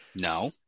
No